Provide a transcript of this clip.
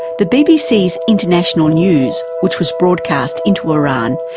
the bbc's international news, which was broadcast into iran,